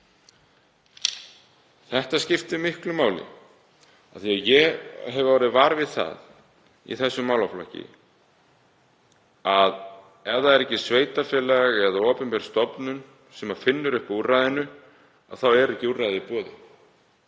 Þetta skiptir miklu máli. Ég hef orðið var við það í þessum málaflokki að ef það er ekki sveitarfélag eða opinber stofnun sem finnur upp á úrræðinu þá er það ekki í boði.